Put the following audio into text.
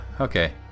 Okay